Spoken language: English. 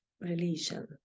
Religion